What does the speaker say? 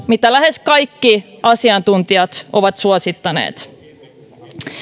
mitä lähes kaikki asiantuntijat ovat suosittaneet